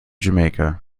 jamaica